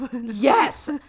Yes